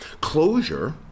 Closure